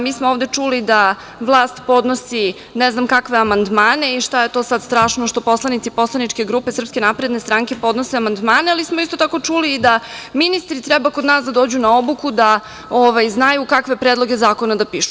Mi smo ovde čuli da vlast podnosi ne znam kakve amandmane i šta je to sada strašno što poslanici poslaničke grupe SNS podnose amandmane ali smo isto tako čuli i da ministri treba kod nas da dođu na obuku, da znaju kakve predloge zakona da pišu.